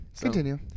Continue